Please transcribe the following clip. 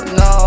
no